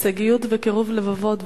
הישגיות וקירוב לבבות.